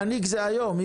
מנהיג זה היום.